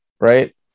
right